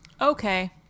Okay